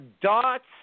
dots